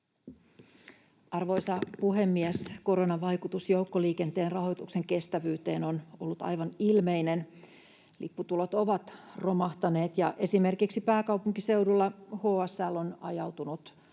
Arvoisa puhemies! Koronan vaikutus joukkoliikenteen rahoituksen kestävyyteen on ollut aivan ilmeinen. Lipputulot ovat romahtaneet, ja esimerkiksi pääkaupunkiseudulla HSL on ajautunut